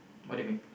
what do you mean